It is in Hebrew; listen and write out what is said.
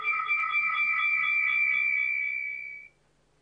אני גם רוצה להקריא מתוך מסמך שלחברת הכנסת